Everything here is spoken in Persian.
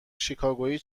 شیکاگویی